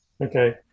okay